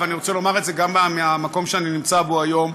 ואני רוצה לומר את זה גם מהמקום שאני נמצא בו היום,